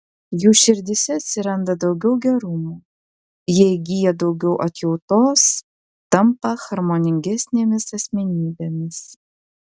jų širdyse atsiranda daugiau gerumo jie įgyja daugiau atjautos tampa harmoningesnėmis asmenybėmis